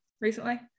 recently